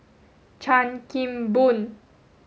Chan Kim Boon